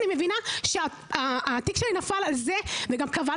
אני מבינה שהתיק שלי נפל על זה שהתובע